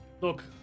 Look